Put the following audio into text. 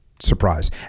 surprise